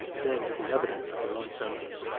than to the evidence of their own senses.